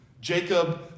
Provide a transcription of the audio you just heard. Jacob